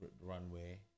runway